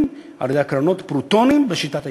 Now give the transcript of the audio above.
על-ידי הקרנות פרוטונים בשיטת ה"עיפרון",